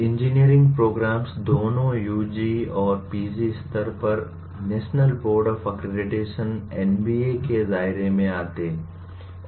engineering programmes दोनों UG और PG स्तर पर national board of accreditation - NBA के दायरे में आते हैं